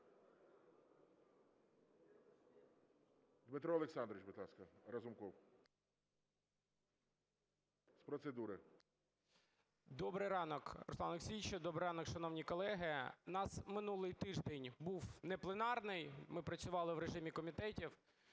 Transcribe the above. Дмитро Олександрович, будь ласка, Разумков з процедури. 10:50:56 РАЗУМКОВ Д.О. Добрий ранок, Руслан Олексійович! Добрий ранок, шановні колеги! В нас минулий тиждень був непленарний, ми працювали в режимі комітетів,